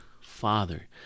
Father